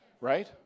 Right